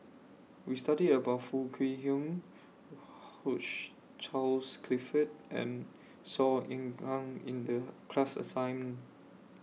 We studied about Foo Kwee Horng Hugh Charles Clifford and Saw Ean Ang in The class assignment